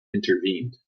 intervened